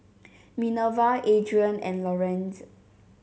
Minerva Adrien and Lorenz